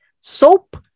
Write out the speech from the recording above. Soap